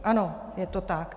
Ano, je to tak.